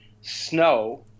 snow